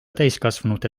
täiskasvanute